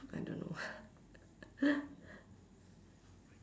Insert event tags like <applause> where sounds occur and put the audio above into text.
I don't know <laughs>